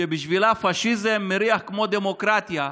שבשבילה פשיזם מריח כמו דמוקרטיה,